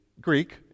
Greek